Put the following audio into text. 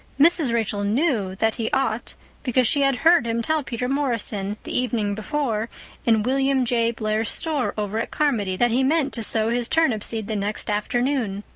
mrs. rachel knew that he ought because she had heard him tell peter morrison the evening before in william j. blair's store over at carmody that he meant to sow his turnip seed the next afternoon.